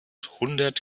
hundert